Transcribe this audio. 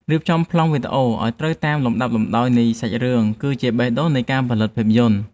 រៀបចំប្លង់វីដេអូឱ្យត្រូវតាមលំដាប់លំដោយនៃសាច់រឿងគឺជាបេះដូងនៃការផលិតភាពយន្ត។